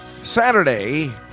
Saturday